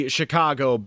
Chicago